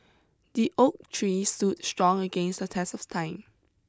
the oak tree stood strong against the test of time